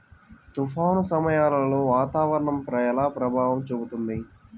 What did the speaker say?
తుఫాను సమయాలలో వాతావరణం ఎలా ప్రభావం చూపుతుంది?